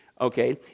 okay